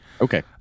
Okay